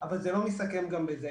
אבל זה לא מסתכם גם בזה.